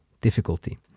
difficulty